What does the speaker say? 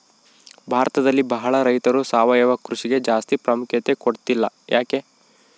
ಭಾರತದಲ್ಲಿ ಬಹಳ ರೈತರು ಸಾವಯವ ಕೃಷಿಗೆ ಜಾಸ್ತಿ ಪ್ರಾಮುಖ್ಯತೆ ಕೊಡ್ತಿಲ್ಲ ಯಾಕೆ?